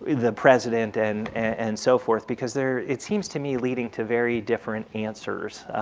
the president and and so forth. because there it seems to me leading to very different answers.